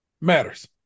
matters